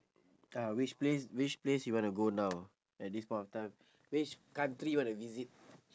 ah which place which place you wanna go now at this point of time which country you wanna visit